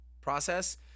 process